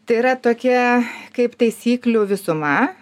tai yra tokia kaip taisyklių visuma